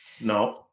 no